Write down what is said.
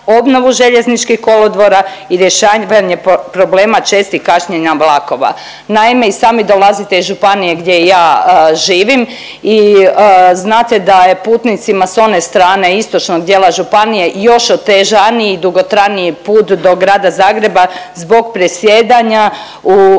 obnovu željezničkih kolodvora i rješavanje problema čestih kašnjenja vlakova. Naime i sami dolazite iz županije gdje ja živim i znate da je putnicima s one strane istočnog dijela županije još otežaniji i dugotrajniji put do Grada Zagreba zbog presjedanja u